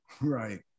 right